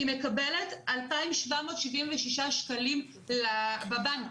היא מקבלת 2,776 שקלים לבנק,